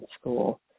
school